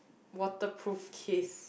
waterproof case